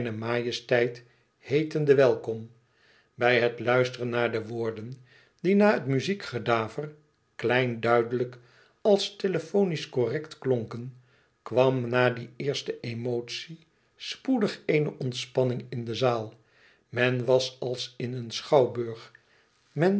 zijne majesteit heetende welkom bij het luisteren naar de woorden die na het muziekgedaver klein duidelijk als telefonisch correct klonken kwam na die eerste emotie spoedig eene ontspanning in de zaal men was als in een schouwburg men